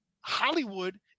Hollywood